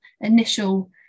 initial